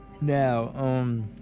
Now